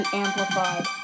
Amplified